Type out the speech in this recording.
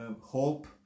hope